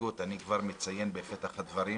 וההתפלגות אני כבר מציין בפתח הדברים